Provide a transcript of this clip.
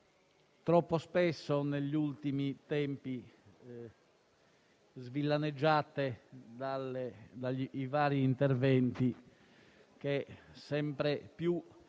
troppo spesso negli ultimi tempi svillaneggiate da vari interventi che, sempre più,